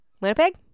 Winnipeg